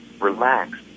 Relax